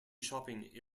shopping